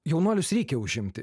jaunuolius reikia užimti